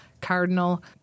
Cardinal